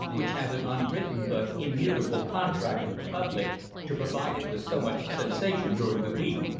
which has an unwritten but immutable contract with the public to provide it with so much sensation during the week,